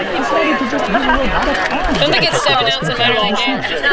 decided to just use a robotic arm to pick up the disc and bring it to the center.